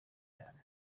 cyane